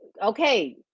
Okay